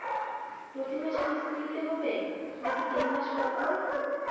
প্রতিমাসে কিস্তি দিতে হবে নাকি তিন মাস পর পর?